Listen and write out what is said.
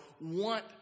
want